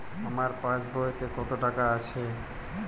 আমার পাসবইতে কত টাকা আছে?